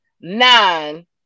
Nine